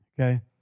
Okay